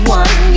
one